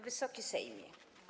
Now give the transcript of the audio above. Wysoki Sejmie!